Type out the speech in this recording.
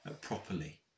properly